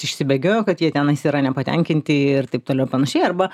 išsibėgiojo kad jie tenais yra nepatenkinti ir taip toliau ir panašiai arba